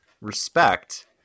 respect